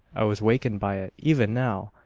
i was wakened by it. even now,